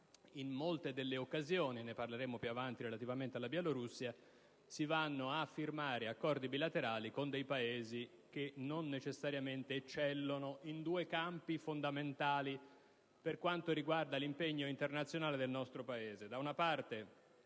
in molte occasioni - ne parleremo in seguito relativamente alla Bielorussia - si firmano accordi bilaterali con Paesi che non necessariamente eccellono in due campi fondamentali per l'impegno internazionale del nostro Paese: